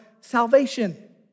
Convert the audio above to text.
salvation